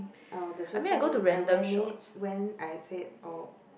oh the first time I went it when I say oh